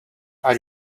are